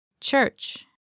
Church